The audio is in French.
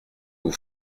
vous